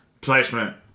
Placement